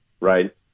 right